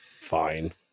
fine